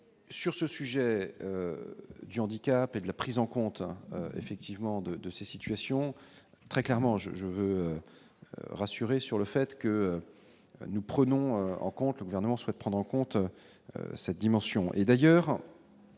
sur ce sujet du handicap et de la prise en compte effectivement de de ces situations très clairement, je je veux rassurer sur le fait que nous prenons en compte le gouvernement souhaite prendre en compte cette dimension